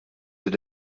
din